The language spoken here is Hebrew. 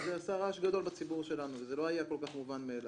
אז זה עשה רעש גדול בציבור שלנו וזה לא היה כל כך מובן מאליו.